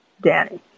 Danny